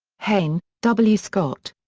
haine, w. scott.